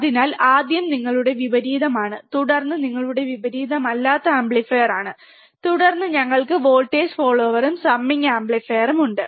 അതിനാൽ ആദ്യം നിങ്ങളുടെ വിപരീതമാണ് തുടർന്ന് ഇത് നിങ്ങളുടെ വിപരീതമല്ലാത്ത ആംപ്ലിഫയറാണ് തുടർന്ന് ഞങ്ങൾക്ക് വോൾട്ടേജ് ഫോളോവറും സമ്മിംഗ് ആംപ്ലിഫയറും ഉണ്ട്